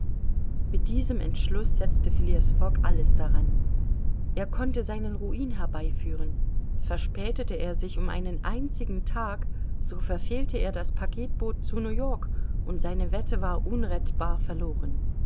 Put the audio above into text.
mit diesem entschluß setzte phileas fogg alles daran er konnte seinen ruin herbeiführen verspätete er sich um einen einzigen tag so verfehlte er das packetboot zu new-york und seine wette war unrettbar verloren